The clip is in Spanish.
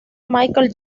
michael